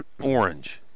Orange